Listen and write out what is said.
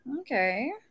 Okay